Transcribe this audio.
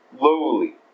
lowly